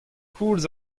koulz